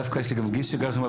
דווקא יש לי גם גיס שגר שם,